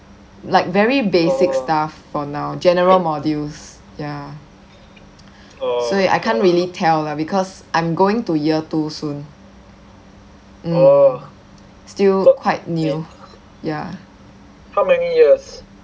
like very basic stuff for now general modules ya so I can't really tell lah because I'm going to year two soon mm still quite new ya